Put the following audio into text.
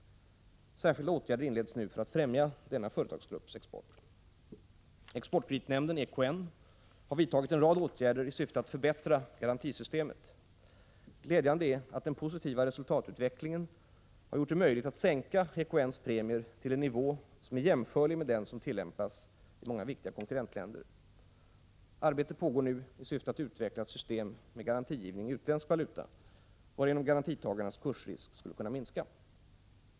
Särskilda åtgärder inleds nu för att främja denna företagsgrupps export. Exportkreditnämnden har vidtagit en rad åtgärder i syfte att förbättra garantisystemet. Glädjande är att den positiva resultatutvecklingen gjort det möjligt sänka EKN:s premier till en nivå som är jämförlig med den som tillämpas i många viktiga konkurrentländer. Arbete pågår nu i syfte att utveckla ett system med garantigivning i utländsk valuta varigenom garantitagarnas kursrisk skulle kunna minska.